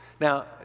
Now